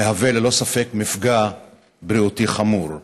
המהווה, ללא ספק, מפגע בריאותי חמור.